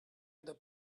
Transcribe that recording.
other